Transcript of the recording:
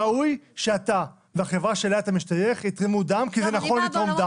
ראוי שאתה והחברה שאליה אתה משתייך יתרמו דם כי זה נכון לתרום דם,